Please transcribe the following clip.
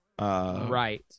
Right